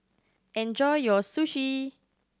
enjoy your Sushi